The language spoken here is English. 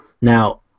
Now